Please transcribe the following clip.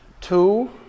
Two